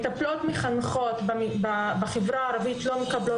שמטפלות-מחנכות בחברה הערבית לא מקבלות